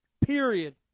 period